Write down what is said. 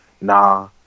Nah